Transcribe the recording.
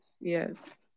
yes